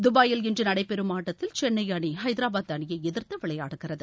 துப்பாயில் இன்று நடைபெறும் ஆட்டத்தில் சென்னை அணி ஹைதராபாத் அணியை எதிர்த்து விளையாடுகிறது